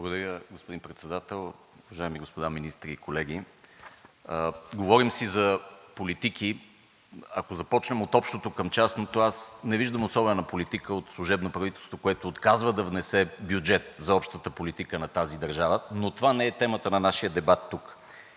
Благодаря, господин Председател. Уважаеми господа министри и колеги! Говорим си за политики – ако започнем от общото към частното, не виждам особена политика от служебно правителство, което отказва да внесе бюджет за общата политика на тази държава, но това не е темата на нашия дебат тук.